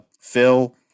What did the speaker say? Phil